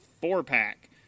four-pack